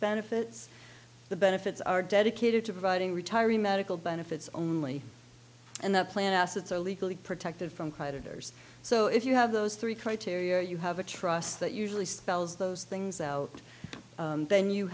benefits the benefits are dedicated to providing retiree medical benefits only and that plan assets are legally protected from creditors so if you have those three criteria you have a trust that usually spells those things out then you